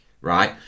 right